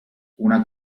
una